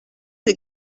des